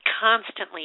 constantly